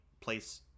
place